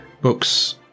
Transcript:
books